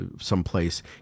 someplace